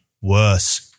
worse